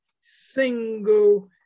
single